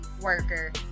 worker